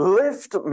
lift